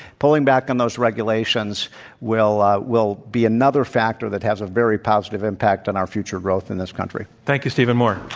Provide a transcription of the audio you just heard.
pulling back on those regulations will will be another factor that has a very positive impact on our future growth in this country. thank you, stephen moore.